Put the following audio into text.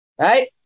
right